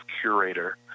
curator